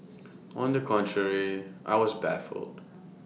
on the contrary I was baffled